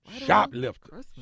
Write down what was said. Shoplifter